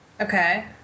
Okay